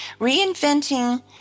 Reinventing